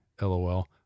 LOL